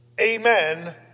amen